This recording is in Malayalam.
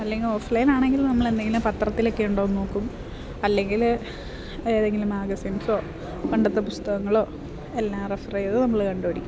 അല്ലെങ്കിൽ ഓഫ്ലൈൻ ആണെങ്കിൽ നമ്മളെന്തെങ്കിലും പത്രത്തിലൊക്കെ ഉണ്ടോയെന്നു നോക്കും അല്ലെങ്കിൽ ഏതെങ്കിലും മാഗസിൻസോ പണ്ടത്തെ പുസ്തകങ്ങളോ എല്ലാം റെഫർ ചെയ്തു നമ്മൾ കണ്ടുപിടിക്കും